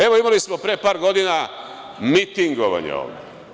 Evo, imali smo par godina mitingovanje ovde.